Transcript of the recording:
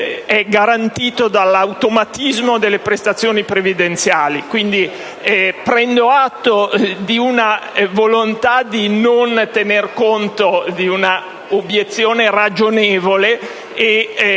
egarantito dall’automatismo delle prestazioni previdenziali. Quindi, prendo atto della volonta di non tener conto di un’obiezione ragionevole.